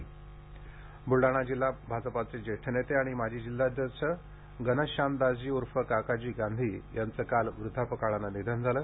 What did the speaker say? निधन बलडाणा ब्रलडाणा जिल्हा भाजपचे जेष्ठ नेते आणि माजी जिल्हाध्यक्ष घनश्यामदासजी उर्फ काकाजी गांधी यांचे काल वृद्धापकाळाने निधन झाले